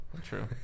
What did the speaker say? true